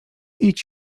idź